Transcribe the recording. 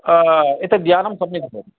एतद्यानं सम्यक् भवति